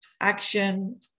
action